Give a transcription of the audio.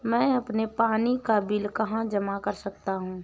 मैं अपने पानी का बिल कहाँ जमा कर सकता हूँ?